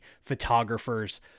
photographers